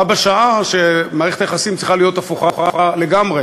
בשעה שמערכת היחסים צריכה להיות הפוכה לגמרי: